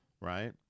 Right